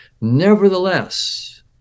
nevertheless